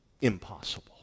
impossible